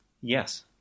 Yes